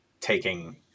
taking